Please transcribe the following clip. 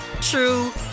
true